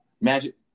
Magic